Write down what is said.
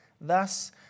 Thus